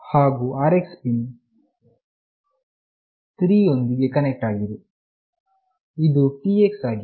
ಹಾಗು RX ವು pin 3 ವೊಂದಿಗೆ ಕನೆಕ್ಟ್ ಆಗಿದೆ ಇದು TX ಆಗಿತ್ತು